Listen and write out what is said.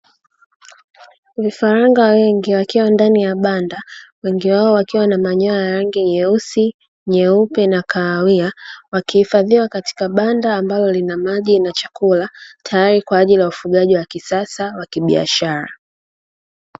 Vifaranga wengi wakiwa ndani ya banda wengi wao wakiwa na manyoya ya rangi nyeusi, nyeupe na kahawia wakihifadhiwa katika banda ambalo lina maji na chakula tayari kwa ajili ya ufugaji wa kisasa wa kibiashara.